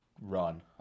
run